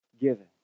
given